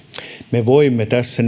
me voimme tässä